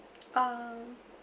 uh